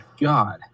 God